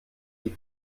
die